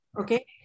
okay